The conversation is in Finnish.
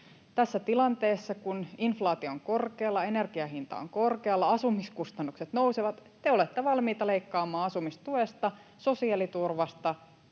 Tässä tilanteessa, kun inflaatio on korkealla, energian hinta on korkealla, asumiskustannukset nousevat, te olette valmiita leikkaamaan asumistuesta, sosiaaliturvasta,